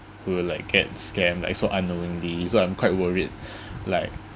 who will like get scammed like so unknowingly so I'm quite worried like